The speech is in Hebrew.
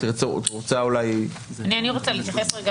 את רוצה אולי --- אני רוצה להתייחס רגע,